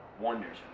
wonders